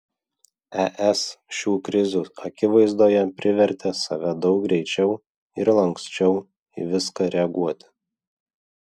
es šių krizių akivaizdoje privertė save daug greičiau ir lanksčiau į viską reaguoti